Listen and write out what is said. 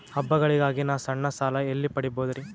ಹಬ್ಬಗಳಿಗಾಗಿ ನಾ ಸಣ್ಣ ಸಾಲ ಎಲ್ಲಿ ಪಡಿಬೋದರಿ?